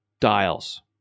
dials